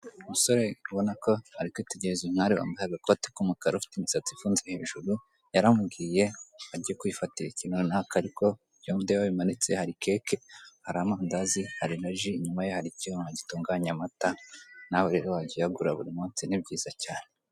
Umusore ubona ko ari kwitegereza umwari wambaye agakoti k'umukara ufite imisatsi ifunze hejuru, yaramubwiye ajye kwifatira ikintu runaka ariko ibyo ndeba bimanitse hari keke, hari amandazi hari na ji, inyuma ye hari icyuma gitunganya amata nawe rero wajya uyagura buri munsi ni byiza cyane.